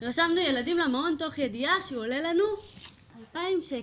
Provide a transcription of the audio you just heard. רשמו ילדים למעון תוך ידיעה שזה עולה לנו אלפיים שקל.